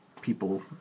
people